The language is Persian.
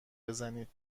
بزنید